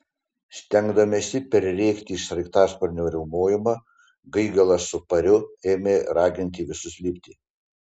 stengdamiesi perrėkti sraigtasparnio riaumojimą gaigalas su pariu ėmė raginti visus lipti